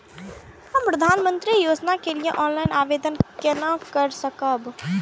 हम प्रधानमंत्री योजना के लिए ऑनलाइन आवेदन केना कर सकब?